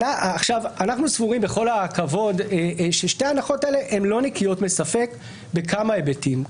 אנחנו סבורים בכל הכבוד ששתי ההנחות האלה הן לא נקיות מספק בכמה היבטים.